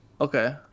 Okay